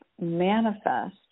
manifest